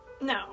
No